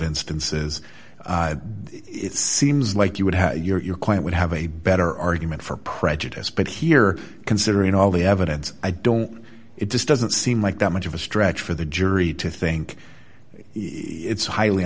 instances it seems like you would have your client would have a better argument for prejudice but here considering all the evidence i don't it just doesn't seem like that much of a stretch for the jury to think it's highly